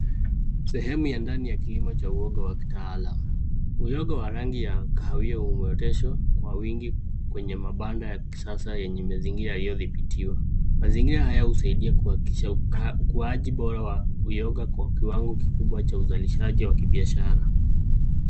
Sehemu ya ndani ya kilimo cha uyoga wa kitaalamu. Uyoga wa rangi ya kahawia umeoteshwa kwa wingi, kwenye mabanda ya kisasa yenye mazingira yaliyodhibitiwa. Mazingira haya husaidia kuhakikisha ukuaji bora wa uyoga kwa kiwango kikubwa cha uzalishaji wa kibiashara.